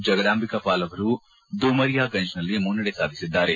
ಜಗದಾಂಬಿಕ ಪಾಲ್ ಅವರು ದುಮಾರಿಯಾಗಂಜ್ನಲ್ಲಿ ಮುನ್ನಡೆ ಸಾಧಿಸಿದ್ದಾರೆ